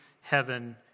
heaven